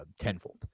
tenfold